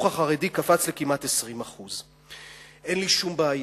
החרדי קפץ לכמעט 20%. אין לי שום בעיה,